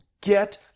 get